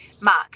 Mark